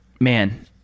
man